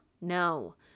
No